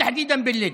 ובייחוד בלוד,